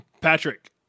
Patrick